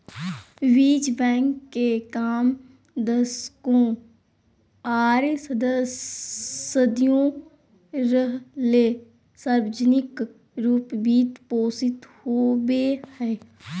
बीज बैंक के काम दशकों आर सदियों रहले सार्वजनिक रूप वित्त पोषित होबे हइ